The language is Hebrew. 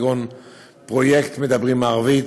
כגון פרויקט מדברים ערבית,